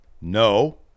no